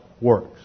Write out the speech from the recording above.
works